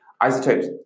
isotopes